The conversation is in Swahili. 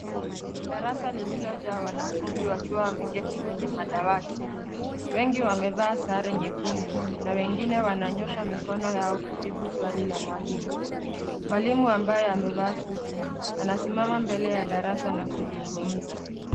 Darasa lililojaa wanafunzi wakiwa wameketi kwenye madawati . Wengi wamevaa sare nyekundu na wengine wananyoosha mikono yao kujibu swali la walimu. Mwalimu ambaye amevaa suti anasimama mbele ya darasa na kuzungumza.